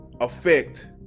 affect